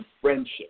friendship